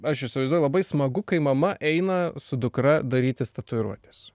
aš įsivaizduoju labai smagu kai mama eina su dukra darytis tatuiruotės